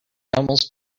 almost